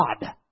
God